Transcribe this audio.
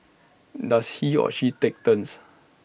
does he or she take turns